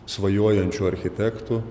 svajojančių architektų